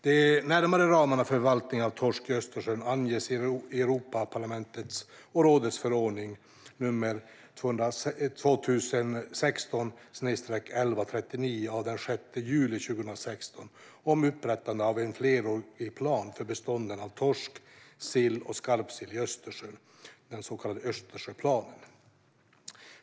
De närmare ramarna för förvaltning av torsk i Östersjön anges i Europaparlamentets och rådets förordning nr 2016/1139 av den 6 juli 2016 om upprättande av en flerårig plan för bestånden av torsk, sill och skarpsill i Östersjön, den så kallade Östersjöplanen.